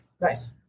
Nice